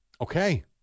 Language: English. Okay